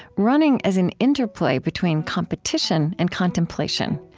running as an interplay between competition and contemplation,